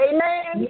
Amen